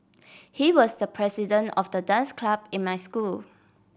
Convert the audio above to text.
he was the president of the dance club in my school